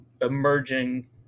emerging